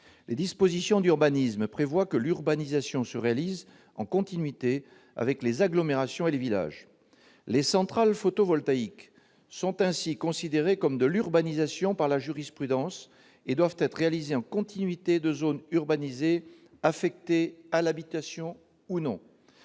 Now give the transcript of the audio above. Les dispositions d'urbanisme prévoient que l'urbanisation se réalise en continuité avec les agglomérations et les villages. Les centrales photovoltaïques sont ainsi considérées comme de l'urbanisation par la jurisprudence et doivent être réalisées en continuité de zones urbanisées, affectées à l'habitation ou non.